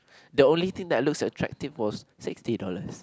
the only thing that looked attractive was sixty dollars